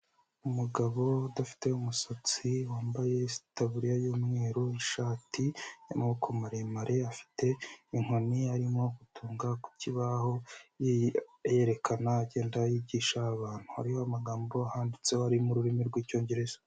Umugabo udafite umusatsi wambaye itaburiya y'umweru n'ishati y'amaboko maremare, afite inkoni arimo gutunga ku kibaho yerekana agenda yigisha abantu, hariho amagambo ahanditseho ari mu rurimi rw'icyongereza.